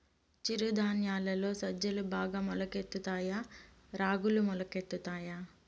చిరు ధాన్యాలలో సజ్జలు బాగా మొలకెత్తుతాయా తాయా రాగులు మొలకెత్తుతాయా